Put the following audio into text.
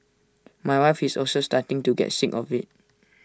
my wife is also starting to get sick of IT